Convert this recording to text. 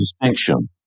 distinction